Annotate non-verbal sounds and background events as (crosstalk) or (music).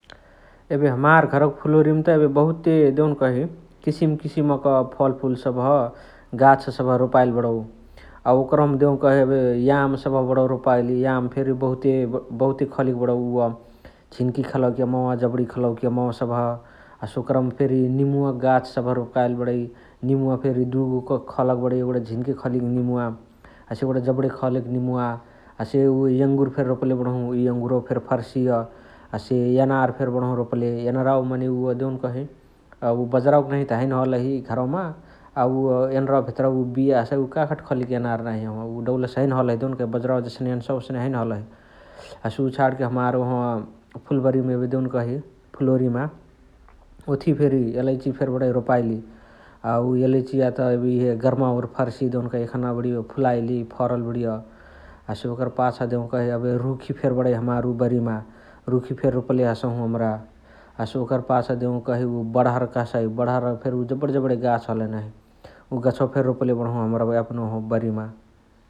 एबे हमार घरवक फुलोरियमत एबे बहुते देउन्कही किसिमा किसिमक फलफुल सबह गाछ सबह रोपाइल बणौ । अ ओकरहुम देउन्कही एबे याम सबह बणौ रोपाइलि, याम फेरी बहुते खलिक बणौ उअ झिन्की खलउक यामवा, जबणी खलउक यामवा सबह । हसे ओकरम फेरी निमुवाक गाछ सबह रोपाइल बणइ । निमुवा फेरी दुगो खलक बणइ । एगुणा झिन्के खालीक निमुवा हसे एगुणा जबणे खलक निमुवा । हसे उअ एङुर फेरी रोपले बणहु । इय एङुरवा फेरी फर्सिय । हसे एनार फेरी बणहु रोपले । एनरावा मने उअ देउन्कही उ बजारआवका नहियत हैन हलही घरवमा अ उअ एनरावा भेतरअ बिया उअ काखत खलिक एनार नाही एहवा उ दौलसे हैने हलाई देउन्कही बजारआवसे एन्साहु ओस्ने हैने हलही । हसे उअ छाणके हमार ओहवा फुल्बरिमा एबे देउन्कही फुलोरिमा ओथिफेरी एलाईची फेर बणइ रोपाइली । (hesitation) उअ एलाईचियात एबे इहे गर्मावाओरी फर्सिय देउन्कही । एखना बणिय फुलाईली फरल बणिय । हसे ओकर पाछा देउकही एबे रुखी फेर बणै उ हमार बारीमा । रुखी फेर रोपले हसहु हमरा । हसे ओकर पाछा देउकही उ बणहर कहसाइ । बणहर फेर जबण जबणे गाछ हलही नाही । उ गछवा फेरी रोपले बणहु यापन ओहवा बरिमा ।